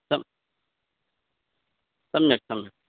सं सम्यक् सम्यक्